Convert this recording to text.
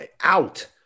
out